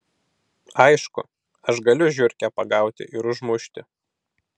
aišku aš galiu žiurkę pagauti ir užmušti